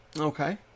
Okay